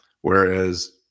Whereas